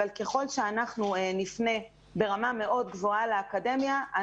אבל ככל שאנחנו נפנה ברמה מאוד גבוהה לאקדמיה,